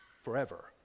forever